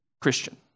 Christian